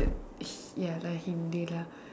it ya lah Hindi lah